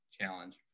challenge